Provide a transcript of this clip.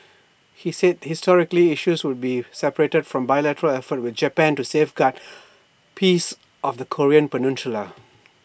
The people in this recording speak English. he said historical issues would be separated from bilateral efforts with Japan to safeguard peace of the Korean peninsula